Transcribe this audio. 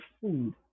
food